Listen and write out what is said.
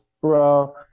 bro